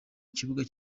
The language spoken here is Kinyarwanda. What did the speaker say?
kibuga